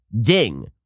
ding